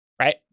right